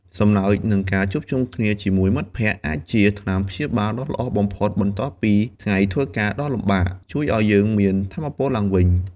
សំណើច និងការជួបជុំគ្នាជាមួយមិត្តភក្តិអាចជា "ថ្នាំព្យាបាល" ដ៏ល្អបំផុតបន្ទាប់ពីថ្ងៃធ្វើការដ៏លំបាក ជួយឱ្យយើងមានថាមពលឡើងវិញ។